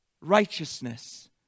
righteousness